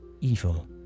evil